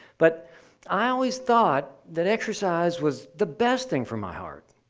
but i always thought that exercise was the best thing for my heart,